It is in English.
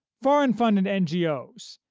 foreign-funded ngos,